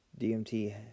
DMT